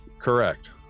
Correct